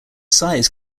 size